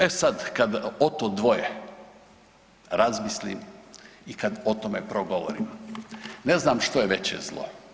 E sad, kad o to dvoje razmislim i kad o tome progovorim ne znam što je veće zlo.